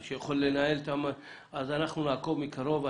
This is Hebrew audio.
אז אנחנו נעקוב מקרוב.